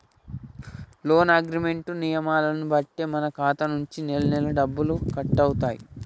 loan agreement నియమాలను బట్టే మన ఖాతా నుంచి నెలనెలా డబ్బులు కట్టవుతాయి